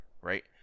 Right